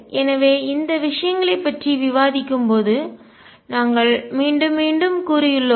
எனவே இந்த விஷயங்களைப் பற்றி விவாதிக்கும்போது நாங்கள் மீண்டும் மீண்டும் கூறியுள்ளோம்